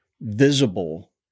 visible